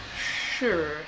Sure